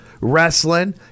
wrestling